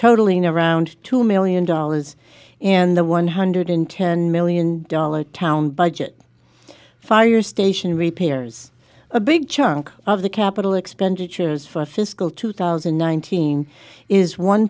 totaling around two million dollars and the one hundred ten million dollar town budget fire station repairs a big chunk of the capital expenditures for fiscal two thousand and nineteen is one